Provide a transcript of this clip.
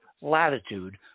latitude